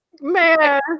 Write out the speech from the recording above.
Man